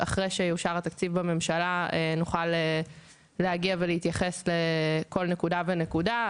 אחרי שהתקציב יאושר בממשלה נוכל להגיע ולהתייחס לכל נקודה ונקודה.